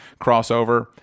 crossover